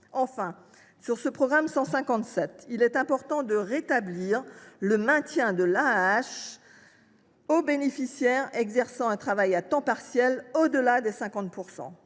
Enfin, dans le programme 157, il est important de rétablir le maintien de l’AAH pour les bénéficiaires qui exercent un travail à temps partiel, au delà de 50 %.